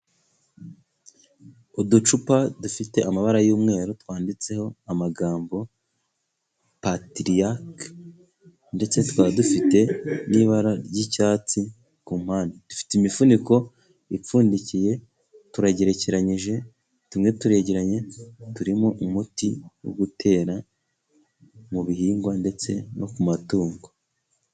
Uducupa dufite amabara y'umweru, twanditseho amagambo patiriyake, ndetse twari dufite n'ibara ry'icyatsi. Ku mpande dufite imifuniko ipfundikiye, turagerekeranyije. Tumwe turegeranye, turimo umuti wo gutera mu bihingwa ndetse no ku matungo.